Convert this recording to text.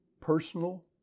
personal